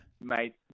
Mate